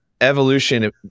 evolution